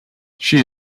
she